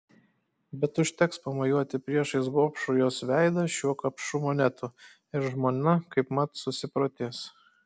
bet užteks pamojuoti priešais gobšų jos veidą šiuo kapšu monetų ir žmona kaipmat susiprotės